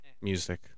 music